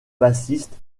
bassiste